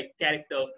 character